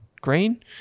green